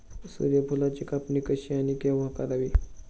सूर्यफुलाची कापणी कशी आणि केव्हा करावी?